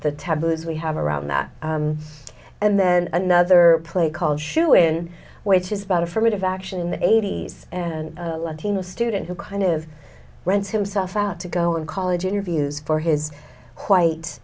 the taboos we have around that and then another play called shoo in which is about affirmative action in the eighty's and the student who kind of runs himself out to go on college interviews for his quite